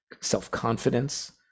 self-confidence